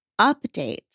updates